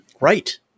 Right